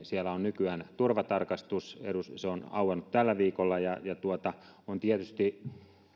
siellä on nykyään turvatarkastus se on auennut tällä viikolla on tietysti